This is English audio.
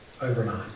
overnight